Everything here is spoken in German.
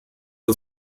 ist